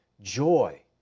joy